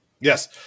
Yes